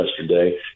yesterday